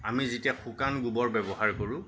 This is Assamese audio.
আমি যেতিয়া শুকান গোবৰ ব্য়ৱহাৰ কৰোঁ